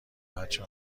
بچه